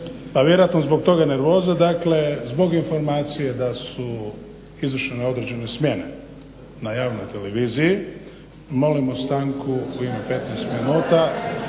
pa vjerojatno zbog toga nervoza, dakle zbog informacije da su izvršene određene smjene na javnoj televiziji molimo stanku 15,00 minuta